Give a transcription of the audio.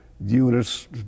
units